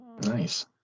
Nice